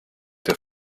der